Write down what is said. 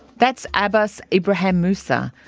that's abbas ibrahim musa,